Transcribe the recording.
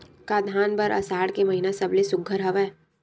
का धान बर आषाढ़ के महिना सबले सुघ्घर हवय?